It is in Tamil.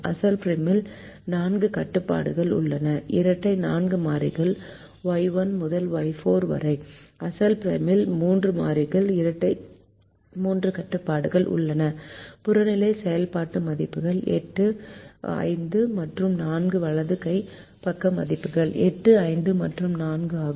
அசல் ப்ரிமலில் 4 கட்டுப்பாடுகள் உள்ளன இரட்டை 4 மாறிகள் Y1 முதல் Y4 வரை அசல் ப்ரைமலில் 3 மாறிகள் இரட்டை 3 கட்டுப்பாடுகள் உள்ளன புறநிலை செயல்பாட்டு மதிப்புகள் 8 5 மற்றும் 4 வலது கை பக்க மதிப்புகள் 8 5 மற்றும் 4 ஆகும்